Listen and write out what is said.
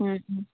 ꯎꯝ ꯍꯨꯝ